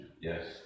Yes